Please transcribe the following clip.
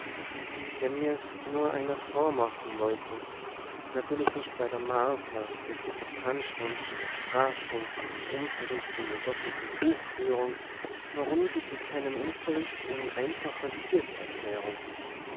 wenn mir's nur einer vormachen wollte natürlich nicht bei der martha es gibt doch tanzstunden und sprachstunden und unterricht in der doppelten buchführung warum gibt es keinen unterricht in einfacher liebeserklärung